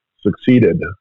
succeeded